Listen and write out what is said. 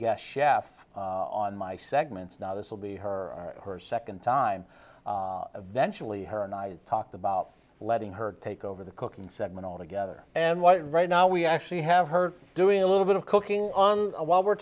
guest chef on my segments now this will be her her second time eventually her and i talked about letting her take over the cooking segment altogether and what right now we actually have her doing a little bit of cooking while we're